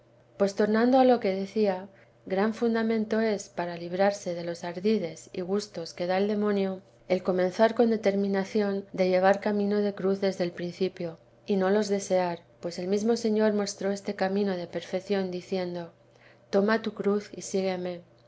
pues tornando a lo que decía gran fundamento es para librarse de los ardides y gustos que da el demonio el co vida de la santa madre menzar con determinación de llevar camino de cruz desde el principio y no los desear pues el mesmo señor mostró este camino de perfección diciendo toma tu cruz y sigúeme